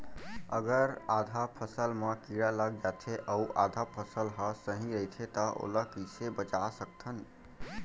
अगर आधा फसल म कीड़ा लग जाथे अऊ आधा फसल ह सही रइथे त ओला कइसे बचा सकथन?